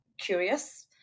curious